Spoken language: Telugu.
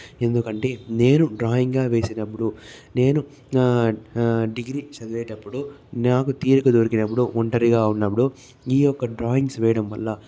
ఎందుకంటే నేను డ్రాయింగ్గా వేసినప్పుడు నేను నా డిగ్రీ చదివేటప్పుడు నాకు తీరిక దొరికినప్పుడు ఒంటరిగా ఉన్నప్పుడు ఈ యొక్క డ్రాయింగ్స్ వేయడం వల్ల